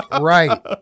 Right